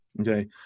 Okay